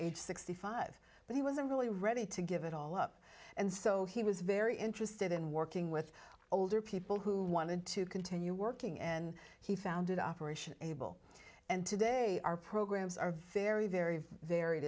age sixty five but he wasn't really ready to give it all up and so he was very interested in working with older people who wanted to continue working and he founded operation able and today our programs are very very varied